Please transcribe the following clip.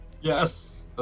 Yes